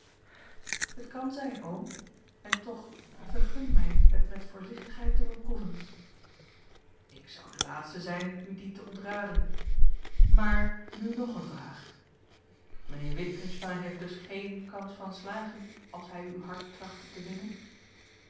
het kan zijn oom en toch vergun mij het met voorzichtigheid te beproeven ik zou de laatste zijn u die te ontraden maar nu nog eene vraag mijnheer witgensteyn heeft dus geen kans van slagen als hij uw hart trachtte te winnen